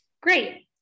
Great